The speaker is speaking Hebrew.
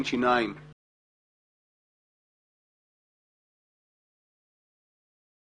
אין שיניים לפגיעות בו וכאשר אוספים את הכול למסגרת אחת,